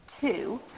two